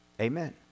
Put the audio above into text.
Amen